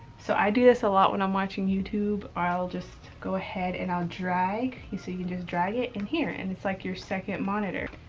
so i do this a lot when i'm watching youtube. i'll just go ahead, and i'll drag. you so can just drag it in here. and it's like your second monitor.